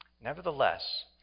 Nevertheless